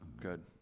good